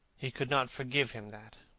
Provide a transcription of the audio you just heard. he could not forgive him that.